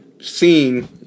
seen